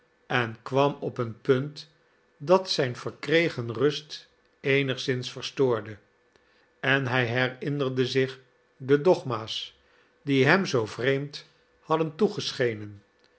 en kwam op een punt dat zijn verkregen rust eenigszins verstoorde en hij herinnerde zich de dogma's die hem zoo vreemd hadden toegeschenen